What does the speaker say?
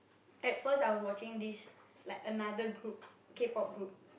at first I was watching this like another group K-pop group